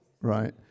right